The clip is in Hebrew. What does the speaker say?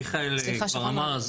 מיכאל כבר אמר,